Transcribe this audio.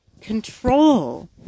control